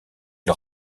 ils